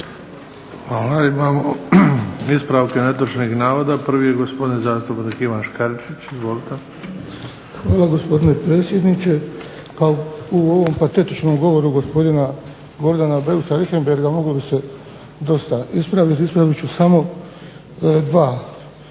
Hvala. Imamo ispravke netočnih navoda. Prvi je gospodin zastupnik Ivan Škaričić. Izvolite. **Škaričić, Ivan (HDZ)** Hvala gospodine predsjedniče. Pa u ovom patetičnom govoru gospodina Gordana Beusa Richembergha moglo bi se dosta ispraviti. Ispravit ću samo dva.